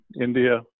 India